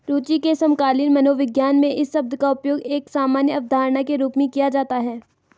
रूचि के समकालीन मनोविज्ञान में इस शब्द का उपयोग एक सामान्य अवधारणा के रूप में किया जाता है